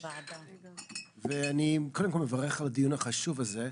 קודם כל, אני מברך על הדיון החשוב הזה.